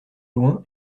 loin